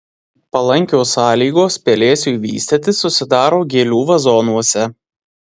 palankios sąlygos pelėsiui vystytis susidaro gėlių vazonuose